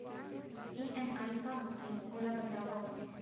EMI का होथे, ओला बतावव